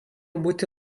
būti